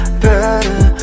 better